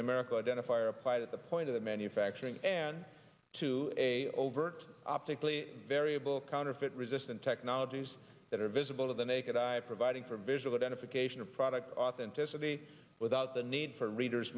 numerical identifier applied at the point of the manufacturing and to a overt optically variable counterfeit resistant technologies that are well to the naked eye providing for a visual identification of product authenticity without the need for readers